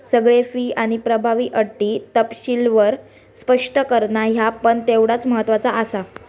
सगळे फी आणि प्रभावी अटी तपशीलवार स्पष्ट करणा ह्या पण तेवढाच महत्त्वाचा आसा